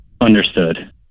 Understood